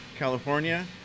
california